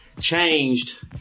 Changed